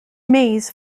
maze